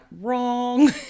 wrong